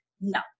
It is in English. no